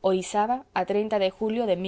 orizaba a de julio